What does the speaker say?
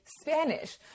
spanish